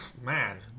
man